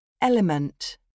Element